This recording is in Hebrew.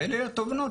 ואלה התובנות.